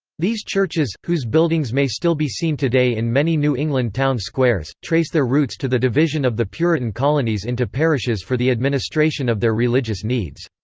these churches, whose buildings may still be seen today in many new england town squares, trace their roots to the division of the puritan colonies into parishes for the administration of their religious needs.